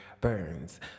Burns